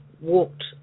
walked